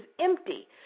empty